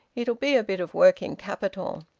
it'll be a bit of working capital.